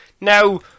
Now